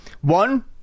one